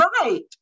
Right